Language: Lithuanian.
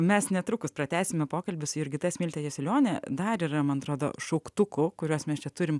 mes netrukus pratęsime pokalbį su jurgita smilte jasiulione dar yra man atrodo šauktukų kuriuos mes čia turim